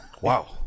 wow